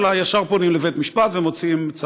אלא ישר פונים לבית-משפט ומוציאים צו.